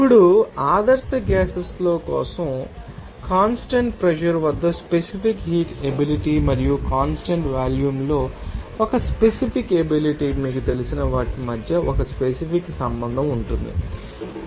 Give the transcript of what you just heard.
ఇప్పుడు ఆదర్శ గ్యాసెస్ల కోసం కాన్స్టాంట్ ప్రెషర్ వద్ద స్పెసిఫిక్ హీట్ ఎబిలిటీ మరియు కాన్స్టాంట్ వాల్యూమ్లో ఒక స్పెసిఫిక్ ఎబిలిటీ మీకు తెలిసిన వాటి మధ్య ఒక స్పెసిఫిక్ సంబంధం ఉంటుందని మీరు చూస్తారు